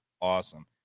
awesome